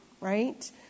right